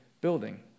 building